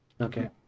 Okay